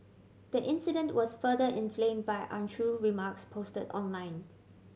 the incident was further inflamed by untrue remarks posted online